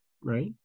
Right